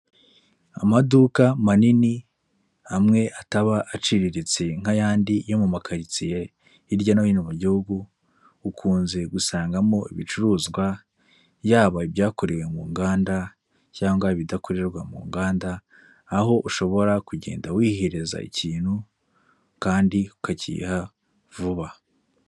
Amaduka manini amwe ataba aciriritse nk'ayandi yo mu makaritsiye hirya no hino mu gihugu, ukunze gusangamo ibicuruzwa yaba ibyakorewe mu nganda cyangwa ibidakorerwa mu nganda, aho ushobora kugenda wihereza ikintu kandi ukakiha vuba.